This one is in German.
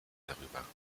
darüber